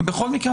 בכל מקרה,